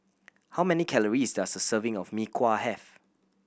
how many calories does a serving of Mee Kuah have